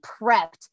prepped